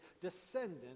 descendant